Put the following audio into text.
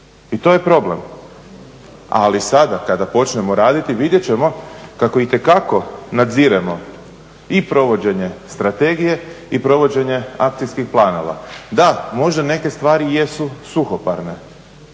i to je problem. Ali sada kada počnemo raditi vidjet ćemo kako itekako nadziremo i provođenje strategije i provođenje akcijskih planova. Da, možda neke stvari i jesu suhoparne